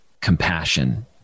compassion